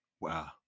Wow